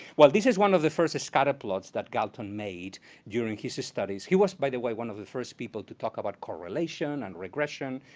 well, this is one of the first scatterplots that galton made during his his studies. he was, by the way, one of the first people to talk about correlation and regression,